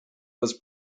was